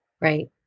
Right